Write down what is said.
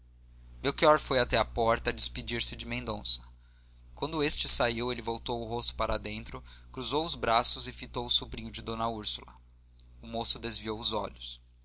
contente melchior foi até à porta a despedir-se de mendonça quando este saiu ele voltou o rosto para dentro cruzou os braços e fitou o sobrinho de d úrsula o moço desviou os olhos